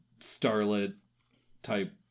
starlet-type